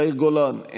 יאיר גולן,